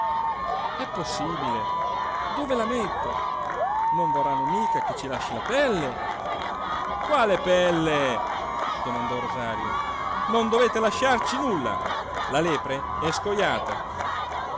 è possibile dove la metto non vorranno mica che ci lasci la pelle quale pelle domandò rosario non dovete lasciarci nulla la lepre è scojata